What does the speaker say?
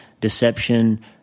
deception